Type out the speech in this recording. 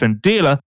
dealer